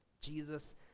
Jesus